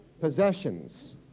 possessions